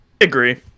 Agree